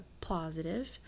positive